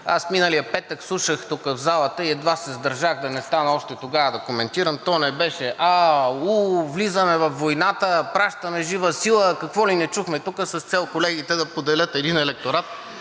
Аз миналия петък слушах тук в залата и едва се сдържах да не стана още тогава да коментирам. То не беше ааа, ууу, влизаме във войната, пращаме жива сила. Какво ли не чухме тук с цел колегите да поделят един електорат,